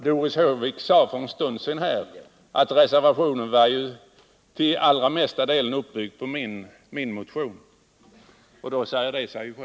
Doris Håvik sade för en stund sedan att reservationen till allra största delen bygger på min motion. Det är klarläggande nog.